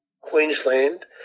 Queensland